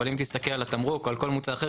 אבל אם תסתכל על התמרוק או על כל מוצר אחר,